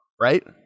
right